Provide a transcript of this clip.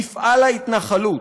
מפעל ההתנחלות,